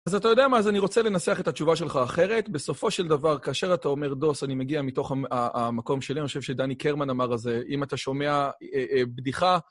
אז אתה יודע מה? אז אני רוצה לנסח את התשובה שלך אחרת. בסופו של דבר, כאשר אתה אומר דוס, אני מגיע מתוך המקום שלי, אני חושב שדני קרמן אמר, אז אם אתה שומע בדיחה...